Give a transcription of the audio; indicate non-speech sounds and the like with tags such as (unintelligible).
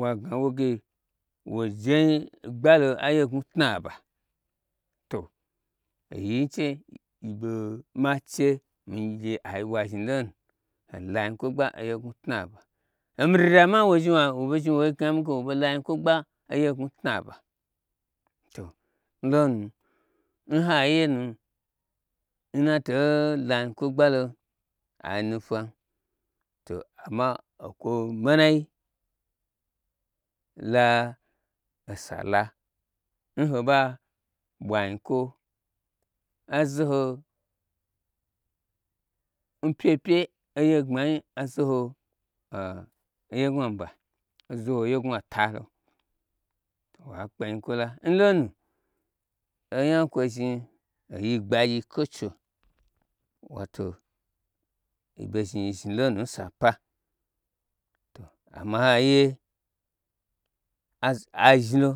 wagna woge wagna woge woje ogbalo aye ngnwu tnaba to oyi nyi che yiɓo mache migye ai ɓwa zhni lonu ai lo anyi kwo gba oye ngnwu tnaba omi (unintelligible) ma zhi wo ɓei gna mi ge woɓei lo anyi kwo gba oye gnwu tnaba to nlonu nhai ye nu n nato lo anyi kwo gbalon ainu fwan to amma okwo manai la osala n ho ɓa ɓwa nyikwo azoho n pye pye oye gbmanyi azoho a oye ngnwu aba, a zoho oye ngnwu ata wakpe nyi kwola nlonu oyi gbagyi culture wato yiɓei zhni yi zhni lonu nsa, sapa to amma n hai ye azhnilo